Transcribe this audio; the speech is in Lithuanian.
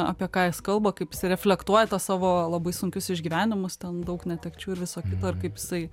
apie ką jis kalba kaip jis reflektuoja tuos savo labai sunkius išgyvenimus ten daug netekčių ir viso kito ir kaip jisai